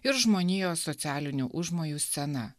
ir žmonijos socialinių užmojų scena